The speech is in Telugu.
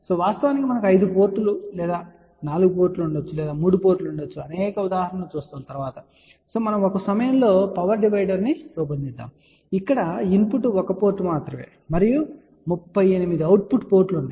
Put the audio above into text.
వాస్తవానికి మనకు 5 పోర్టులు ఉండవచ్చు లేదా 4 పోర్టులు ఉండవచ్చు లేదా 3 పోర్ట్ ఉండవచ్చు అనే అనేక ఉదాహరణలను చూస్తాము వాస్తవానికి మనము ఒక సమయంలో పవర్ డివైడర్ను రూపొందించాము ఇక్కడ ఇన్పుట్ ఒక పోర్ట్ మాత్రమే మరియు 38 అవుట్ పుట్ పోర్ట్లు ఉన్నాయి